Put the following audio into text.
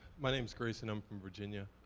my name's grayson, i'm from virginia.